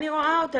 אני רואה אותה.